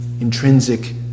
intrinsic